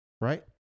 right